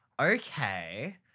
Okay